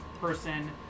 Person